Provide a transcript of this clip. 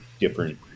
different